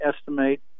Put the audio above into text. estimate